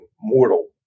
mortal